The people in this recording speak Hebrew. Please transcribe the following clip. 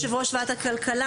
יושב-ראש וועדת הכלכלה,